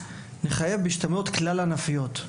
נחייב השתלמויות כלל-ענפיות.